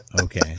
Okay